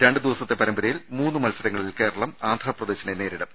രണ്ടു ദിവസത്തെ പരമ്പരയിൽ മൂന്ന് മത്സരങ്ങളിൽ കേരളം ആന്ധ്ര പ്രദേശിനെ നേരിടും